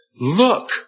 look